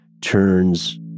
turns